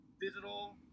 digital